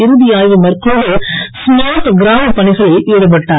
இறுதி ஆய்வு மேற்கொண்டு ஸ்மார்ட் கிராம பணிகளில் ஈடுபட்டார்